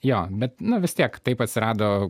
jo bet nu vis tiek taip atsirado